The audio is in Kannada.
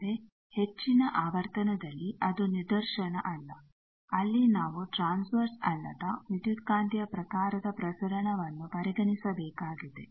ಆದರೆ ಹೆಚ್ಚಿನ ಆವರ್ತನದಲ್ಲಿ ಅದು ನಿದರ್ಶನ ಅಲ್ಲ ಅಲ್ಲಿ ನಾವು ಟ್ರಾನ್ಸ್ವರ್ಸ್ ಅಲ್ಲದ ವಿದ್ಯುತ್ಕಾಂತೀಯ ಪ್ರಕಾರದ ಪ್ರಸರಣವನ್ನು ಪರಿಗಣಿಸಬೇಕಾಗಿದೆ